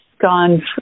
gone